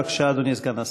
בבקשה, אדוני סגן השר.